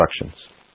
instructions